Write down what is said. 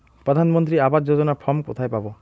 প্রধান মন্ত্রী আবাস যোজনার ফর্ম কোথায় পাব?